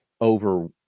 over